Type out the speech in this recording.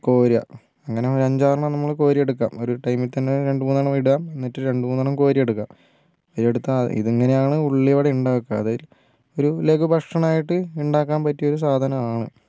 കോരുക അങ്ങിനെ അഞ്ച് ആറെണ്ണം നമ്മൾ കോരി എടുക്കുക ഒരു ടൈമിൽ തന്നെ രണ്ട് മൂന്നെണ്ണം ഇടുക എന്നിട്ട് രണ്ട് മൂന്നെണ്ണം കോരി എടുക്കാം കോരി എടുത്ത ഇതിങ്ങനെ ആണ് ഉള്ളിവട ഉണ്ടാക്കുക ഒരു ലഘു ഭക്ഷണം ആയിട്ട് ഉണ്ടാക്കാൻ പറ്റിയ ഒരു സാധനം ആണ്